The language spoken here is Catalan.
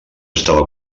estava